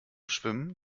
schwimmen